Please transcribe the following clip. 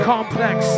Complex